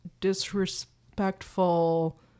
disrespectful